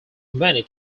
many